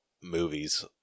movies